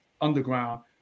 underground